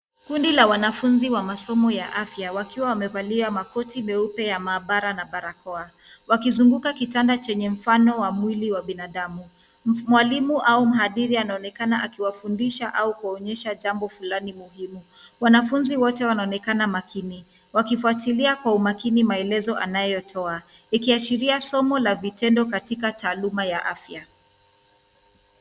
Kundi la wanafunzi wa masomo ya afya wakiwa wamevalia makoti meupe ya maabara na barakoa wakizunguka kitanda chenye mfano wa mwili wa binadamu. Mwalimu au mhadhiri anaonekana akiwafundisha au kuwaonyesha jambo fulani muhimu. Wanafunzi wote wanaonekana makini wakifuatilia kwa umakini maelezo anayotoa ikiashiria somo la vitendo katika taaluma ya afya.